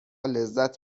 لذت